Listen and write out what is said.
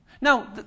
Now